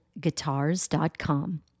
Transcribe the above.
guitars.com